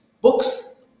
books